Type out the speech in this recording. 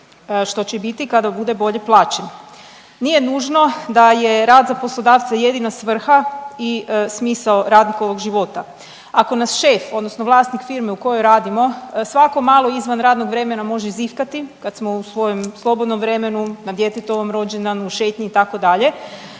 što će biti kada bude bolje plaćen. Nije nužno da je rad za poslodavca jedina svrha i smisao radnikovog života. Ako nas šef odnosno vlasnik firme u kojoj radimo svako malo izvan radnog vremena može zivkati kad smo u svojem slobodnom vremenu, na djetetovom rođendanu, šetnji itd. onda